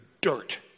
dirt